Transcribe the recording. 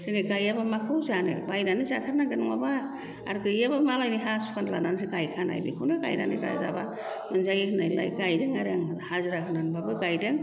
दिनै गायाबा माखौ जानो बायनानै जाथारनांगोन नङाबा आर गैयाबा मालायनि हा सुखान लानानैसो गायखानाय बेखौनो गायनानै जायाब्ला मोनजायो होननानै गायदों आरो आं हाजिरा होनानैब्लाबो गायदों